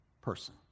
person